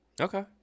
Okay